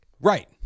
Right